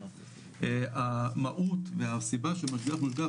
המהות והסיבה שמשגיח מושגח,